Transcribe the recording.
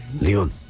Leon